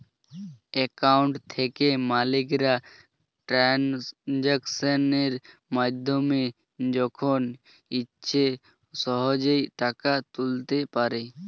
account থেকে মালিকরা ট্রানজাকশনের মাধ্যমে যখন ইচ্ছে সহজেই টাকা তুলতে পারে